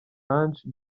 ange